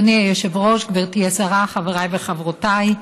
אדוני היושב-ראש, גברתי השרה, חבריי וחברותיי,